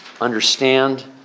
understand